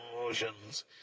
emotions